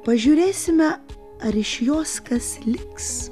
pažiūrėsime ar iš jos kas liks